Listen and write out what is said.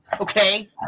okay